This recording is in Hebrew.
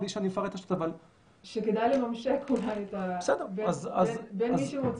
אני רק אומרת שכדאי לממשק בין מי שמוציא